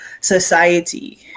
society